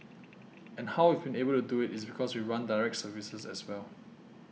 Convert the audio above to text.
and how we've been able to do it is because we run direct services as well